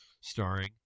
starring